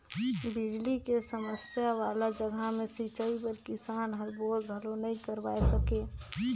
बिजली के समस्या वाला जघा मे सिंचई बर किसान हर बोर घलो नइ करवाये सके